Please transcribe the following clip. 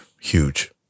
huge